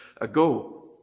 ago